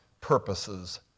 purposes